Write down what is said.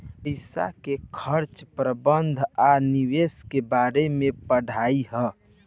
पईसा के खर्चा प्रबंधन आ निवेश के बारे में पढ़ाई ह